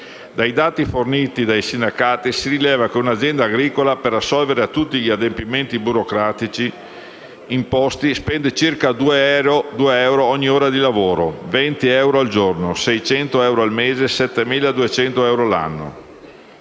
Dai dati forniti dai sindacati si rileva che un'azienda agricola italiana, per assolvere a tutti gli adempimenti burocratici imposti, spende in media 2 euro ogni ora di lavoro, 20 euro al giorno, 600 euro al mese, 7.200 euro l'anno.